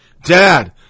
Dad